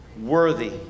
worthy